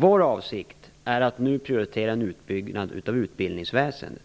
Vår avsikt är att nu prioritera en utbyggnad av utbildningsväsendet.